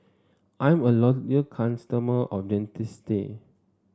I'm a loyal customer of Dentiste